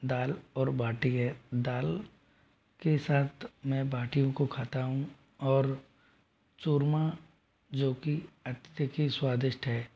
दाल और बाटी है दाल के साथ में बाटियों को खाता हूँ और चूरमा जो कि अत्यधिक ही स्वादिष्ट है